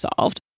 solved